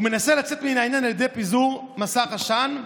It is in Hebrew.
הוא מנסה לצאת מן העניין על ידי פיזור מסך עשן: